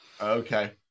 Okay